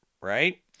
Right